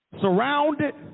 surrounded